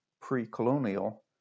pre-colonial